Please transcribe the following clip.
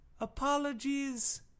apologies